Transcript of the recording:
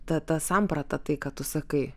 ta ta samprata tai ką tu sakai